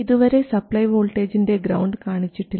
ഇതുവരെ സപ്ലൈ വോൾട്ടേജിൻറെ ഗ്രൌണ്ട് കാണിച്ചിട്ടില്ല